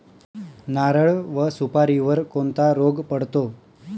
नारळ व सुपारीवर कोणता रोग पडतो?